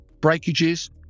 breakages